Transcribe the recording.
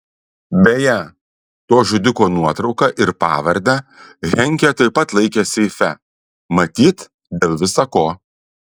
beje to žudiko nuotrauką ir pavardę henkė taip pat laikė seife matyt dėl visa ko